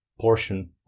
portion